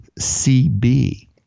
CB